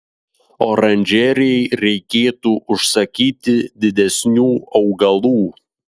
oranžerijai reikėtų užsakyti didesnių augalų